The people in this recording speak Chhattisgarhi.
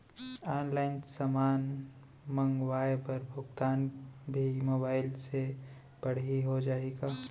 ऑनलाइन समान मंगवाय बर भुगतान भी मोबाइल से पड़ही हो जाही का?